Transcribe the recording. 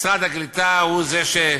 משרד העלייה והקליטה הוא זה,